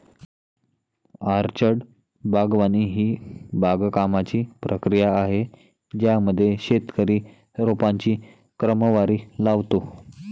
orchard बागवानी ही बागकामाची प्रक्रिया आहे ज्यामध्ये शेतकरी रोपांची क्रमवारी लावतो